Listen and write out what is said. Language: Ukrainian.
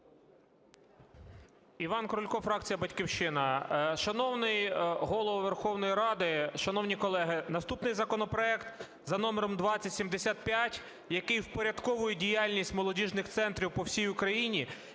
Іван Крулько, фракція "Батьківщина". Шановний Голово Верховної Ради, шановні колеги! Наступний законопроект за номером 2075, який впорядковує діяльність молодіжних центрів по всій Україні,